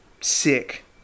Sick